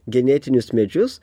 genetinius medžius